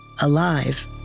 alive